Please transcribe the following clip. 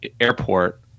airport